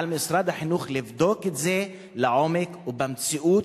על משרד החינוך לבדוק את זה לעומק ובמציאות,